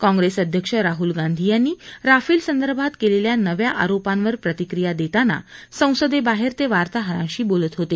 काँप्रेस अध्यक्ष राहुल गांधी यांनी राफेल संदर्भात केलेल्या नव्या आरोपांवर प्रतिक्रिया देताना संसदेबाहेर ते वार्ताहरांशी बोलत होते